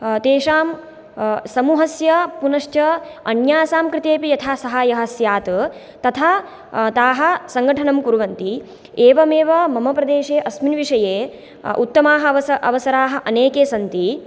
तेषां समूहस्य पुनश्च अन्यासां कृते यथा साहाय्यं स्यात् तथा ताः सङ्घटनं कुर्वन्ति एवमेव मम प्रदेशे अस्मिन् विषये उत्तमाः अवस अवसराः अनेके सन्ति